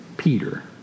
Peter